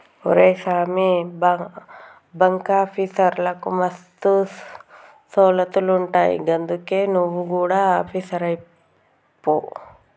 ఒరే సామీ, బాంకాఫీసర్లకు మస్తు సౌలతులుంటయ్ గందుకే నువు గుడ ఆపీసరువైపో